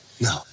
No